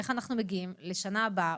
איך אנחנו מגיעים לשנה הבאה,